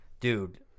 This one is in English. Dude